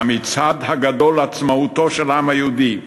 היא המצעד הגדול לעצמאותו של העם היהודי,